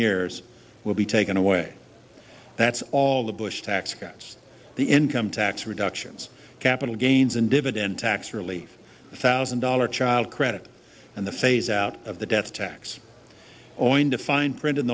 years will be taken away that's all the bush tax cuts the income tax reductions capital gains and dividend tax relief thousand dollar child credit and the phase out of the death tax owing to fine print